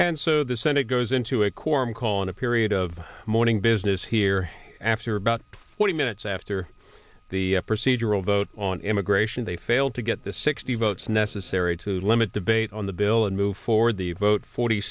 and so the senate goes into a quorum call in a period of morning business here after about twenty minutes after the procedural vote on immigration they failed to get the sixty votes necessary to limit debate on the bill and move forward the vote forty